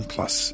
Plus